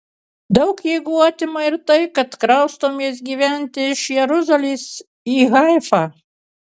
daug jėgų atima ir tai kad kraustomės gyventi iš jeruzalės į haifą